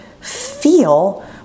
feel